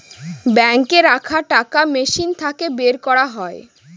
বাঙ্কে রাখা টাকা মেশিন থাকে বের করা যায়